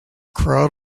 crowd